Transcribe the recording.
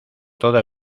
toda